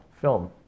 film